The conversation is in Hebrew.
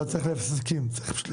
לא צריך להסכים, צריך פשוט למנות.